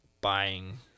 buying